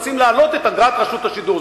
רוצים להעלות את אגרת רשות השידור.